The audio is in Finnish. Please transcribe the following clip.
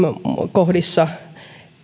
kohdissa